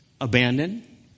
abandoned